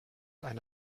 eine